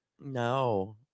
No